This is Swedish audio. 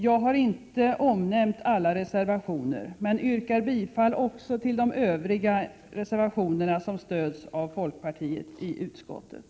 Jag har inte omnämnt alla reservationer men yrkar bifall också till de övriga reservationer som stöds av folkpartister i utskottet.